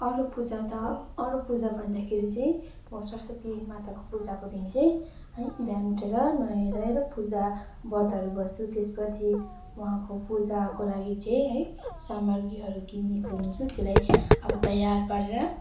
अरू पूजा त अरू पूजा भन्दाखेरि चाहिँ म सरस्वती माताको पूजाको दिन चाहिँ है बिहान उठेर नुहाएर धुहाएर पूजा व्रतहरू बस्छु त्यसपछि उहाँको पूजाको लागि चाहिँ है सामग्रीहरू किनेको हुन्छु त्यसलाई अब तयार पारेर